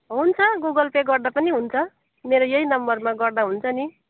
हुन्छ Google Pay गर्दा पनि हुन्छ मेरो यही नम्बरमा गर्दा हुन्छ नि